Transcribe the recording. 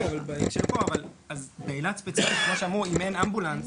אם אין אמבולנס,